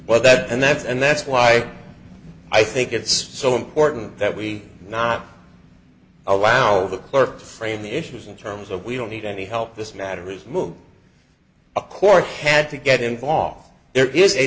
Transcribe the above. but that and that's and that's why i think it's so important that we not allow the clerk frame the issues in terms of we don't need any help this matter is moot a court had to get involved there is a